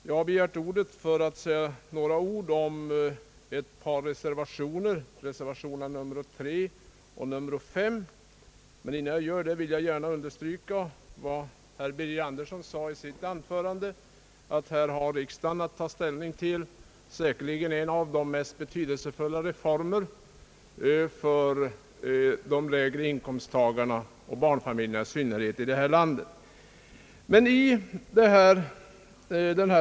Jag vill säga några ord om reservationerna 3 och 5, men innan jag gör det vill jag gärna understryka vad herr Birger Andersson sade i sitt anförande, nämligen att riksdagen nu har att ta ställning till en mycket betydelsefull reform för de lägre inkomsttagarna och i synnerhet barnfamiljerna i detta land.